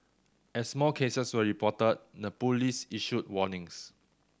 as more cases were reported the police issued warnings